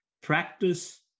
practice